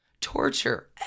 torture